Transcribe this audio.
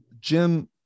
Jim